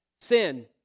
sin